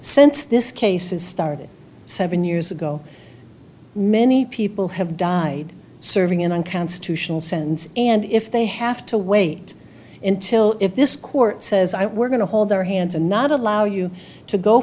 since this case is started seven years ago many people have died serving in unconstitutional sense and if they have to wait until if this court says i we're going to hold our hands and not allow you to go